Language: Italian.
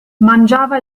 mangiava